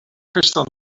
crystal